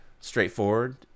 straightforward